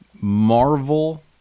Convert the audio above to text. Marvel